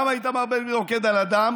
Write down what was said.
למה איתמר בן גביר רוקד על הדם?